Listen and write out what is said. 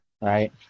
right